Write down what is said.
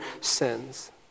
sins